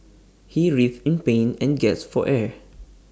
he writhed in pain and gasped for air